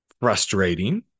Frustrating